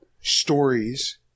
stories